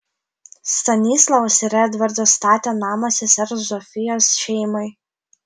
stanislavas ir edvardas statė namą sesers zofijos šeimai